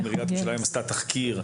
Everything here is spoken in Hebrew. האם עיריית ירושלים עשתה תחקיר?